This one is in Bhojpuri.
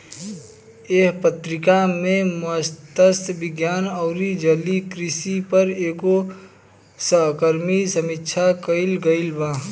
एह पत्रिका में मतस्य विज्ञान अउरी जलीय कृषि पर एगो सहकर्मी समीक्षा कईल गईल बा